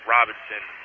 Robinson